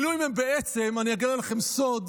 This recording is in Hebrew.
מילואים הם בעצם, אני אגלה לכם סוד,